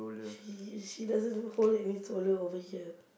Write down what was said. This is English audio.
she she doesn't hold any stroller over here